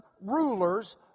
rulers